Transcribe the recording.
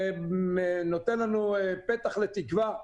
זה נותן לנו פתח לתקווה.